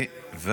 רק שנייה.